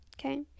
Okay